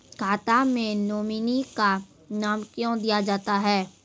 खाता मे नोमिनी का नाम क्यो दिया जाता हैं?